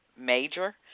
major